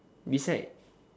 beside